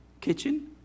kitchen